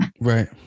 Right